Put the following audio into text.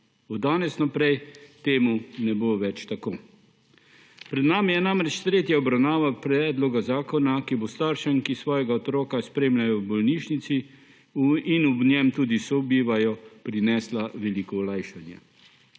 Od danes naprej to ne bo več tako. Pred nami je namreč tretja obravnava predloga zakona, ki bo staršem, ki svojega otroka spremljajo v bolnišnici in ob njem tudi sobivajo, prinesla veliko olajšanje.